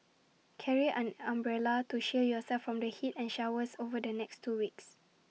carry an umbrella to shield yourself from the heat and showers over the next two weeks